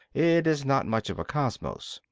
it is not much of a cosmos.